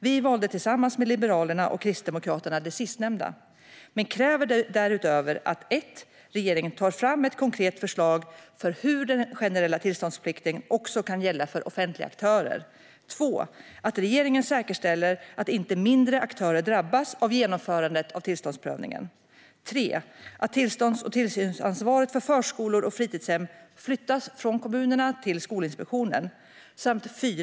Vi valde tillsammans med Liberalerna och Kristdemokraterna det sistnämnda men kräver därutöver följande: Att regeringen tar fram ett konkret förslag för hur den generella tillståndsplikten också kan gälla för offentliga aktörer. Att regeringen säkerställer att inte mindre aktörer drabbas av genomförandet av tillståndsprövningen. Att tillstånds och tillsynsansvaret för förskolor och fritidshem flyttas från kommunerna till Skolinspektionen.